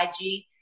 IG